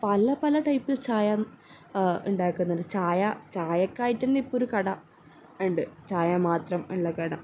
പല പല ടൈപ്പ് ചായ ഉണ്ടാക്കുന്നുണ്ട് ചായ ചായക്കായിട്ട് തന്നെ ഇപ്പോൾ ഒരു കട ഉണ്ട് ചായ മാത്രം ഉള്ള കട